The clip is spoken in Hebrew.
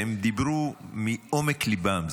והם דיברו מעומק ליבם,